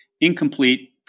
incomplete